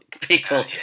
people